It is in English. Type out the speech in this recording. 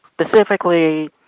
specifically